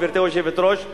גברתי היושבת-ראש,